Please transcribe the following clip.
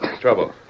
trouble